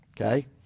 Okay